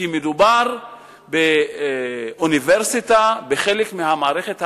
כי מדובר באוניברסיטה, בחלק מהמערכת האקדמית,